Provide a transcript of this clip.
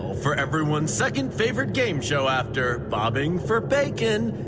for everyone's second-favorite game show after bobbing for bacon.